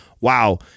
wow